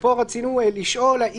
רצינו לשאול פה,